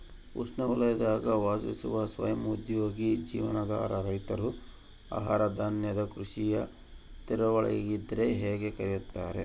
ಉಷ್ಣವಲಯದಾಗ ವಾಸಿಸುವ ಸ್ವಯಂ ಉದ್ಯೋಗಿ ಜೀವನಾಧಾರ ರೈತರು ಆಹಾರಧಾನ್ಯದ ಕೃಷಿಯ ತಿರುಳಾಗಿದ್ರ ಹೇಗೆ ಕರೆಯುತ್ತಾರೆ